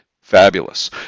fabulous